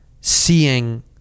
seeing